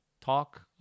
talk